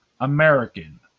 American